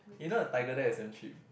you know a tiger there is damn cheap